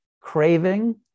Craving